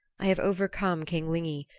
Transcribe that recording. i have overcome king lygni,